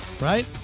right